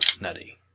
nutty